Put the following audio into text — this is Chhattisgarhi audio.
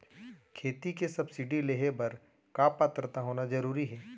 खेती के सब्सिडी लेहे बर का पात्रता होना जरूरी हे?